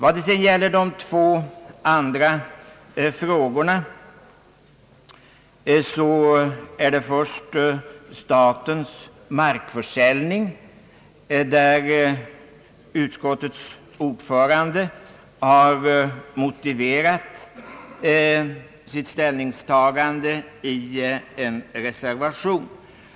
Av de två övriga frågor som här diskuteras gäller den ena statens markförsäljning, där utskottets ordförande har motiverat sitt ställningstagande i en reservation.